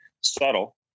subtle